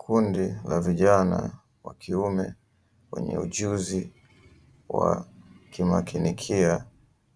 Kundi la vijana wa kiume wenye ujuzi wa kimakinikia